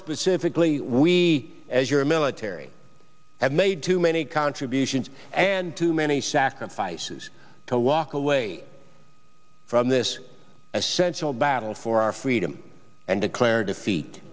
specifically we as your military have made too many contributions and too many sacrifices to walk away from this essential battle for our freedom and declare defeat